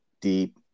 deep